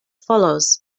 follows